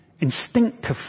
instinctively